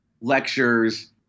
lectures